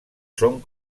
son